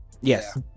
Yes